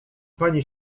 pani